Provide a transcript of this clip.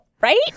Right